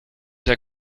der